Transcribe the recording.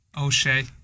O'Shea